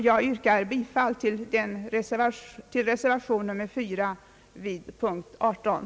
Jag yrkar bifall till reservationen under punkt 138.